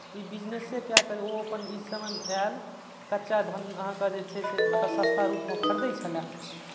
ई बिजनेसे कए कऽ ओ अपन ई समयमे आयल कच्चा धन अहाँकेँ जे छै से मतलब सस्ता रूपमे ओ खरीदैत छलय